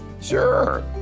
sure